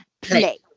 play